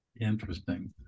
Interesting